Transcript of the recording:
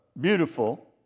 beautiful